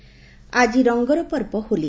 ହୋଲି ଆକି ରଙ୍ଗର ପର୍ବ ହୋଲି